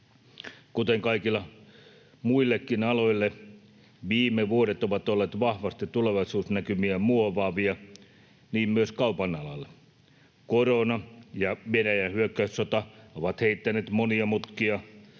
Kuten kaikille muillekin aloille, viime vuodet ovat olleet vahvasti tulevaisuusnäkymiä muovaavia myös kaupan alalle. Korona ja Venäjän hyökkäyssota ovat heittäneet monia mutkia